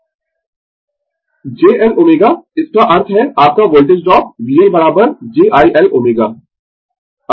j Lω इसका अर्थ है आपका voltage drop VL j I Lω अर्थात I XL